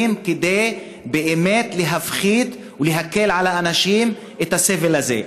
כדי באמת להפחית ולהקל על האנשים את הסבל הזה.